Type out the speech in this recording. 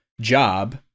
job